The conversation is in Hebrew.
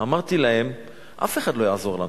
אמרתי להם שאף אחד לא יעזור לנו,